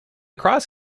cross